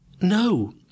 No